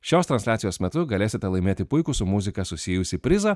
šios transliacijos metu galėsite laimėti puikų su muzika susijusį prizą